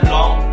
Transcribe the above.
Long